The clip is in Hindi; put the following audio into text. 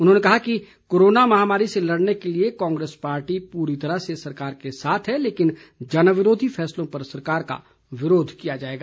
उन्होंने कहा कि कोरोना महामारी से लड़ने के लिए कांग्रेस पार्टी पूरी तरह से सरकार के साथ है लेकिन जनविरोधी फैसलों पर सरकार का विरोध किया जाएगा